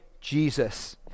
Jesus